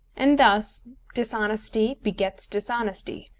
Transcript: and thus dishonesty begets dishonesty,